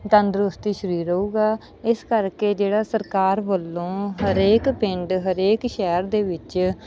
ਤੰਦਰੁਸਤ ਹੀ ਸਰੀਰ ਰਹੂਗਾ ਇਸ ਕਰਕੇ ਜਿਹੜਾ ਸਰਕਾਰ ਵੱਲੋਂ ਹਰੇਕ ਪਿੰਡ ਹਰੇਕ ਸ਼ਹਿਰ ਦੇ ਵਿੱਚ